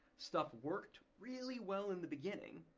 stuff worked really well in the beginning.